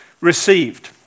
received